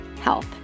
health